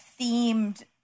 themed